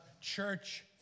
church